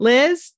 Liz